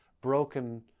broken